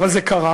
אבל זה קרה,